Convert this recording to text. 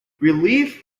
relief